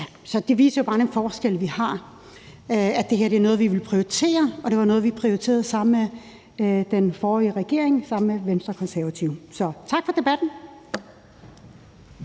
Så det viser jo bare den forskel, der er på os. Det her er noget, vi vil prioritere, og det var noget, vi prioriterede sammen med den forrige regering, sammen med Venstre og Konservative. Tak for debatten.